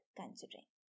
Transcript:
considering